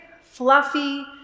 fluffy